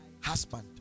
husband